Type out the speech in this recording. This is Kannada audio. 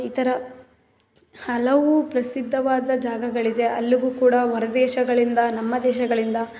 ಈ ಥರ ಹಲವು ಪ್ರಸಿದ್ಧವಾದ ಜಾಗಗಳಿದೆ ಅಲ್ಲಿಗೂ ಕೂಡ ಹೊರ್ದೇಶಗಳಿಂದ ನಮ್ಮ ದೇಶಗಳಿಂದ